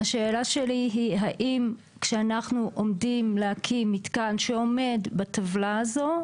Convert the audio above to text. השאלה שלי היא האם כשאנחנו עומדים להקים מתקן שעומד בטבלה הזאת,